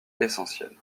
essentielle